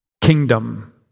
kingdom